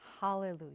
hallelujah